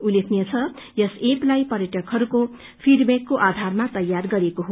उल्लेखनीय छ यस ऐपलाई पर्यटकहरूको धेरै फीडब्याकको आधारमा तयार गरएिको हो